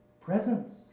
presence